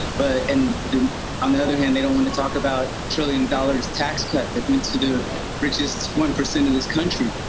but and on the other hand they don't wanna talk about trillion dollars tax cut that went to the richest one percent of this country.